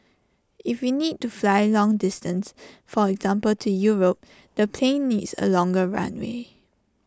if we need to fly long distance for example to Europe the plane needs A longer runway